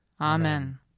Amen